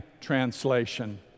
translation